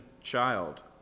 child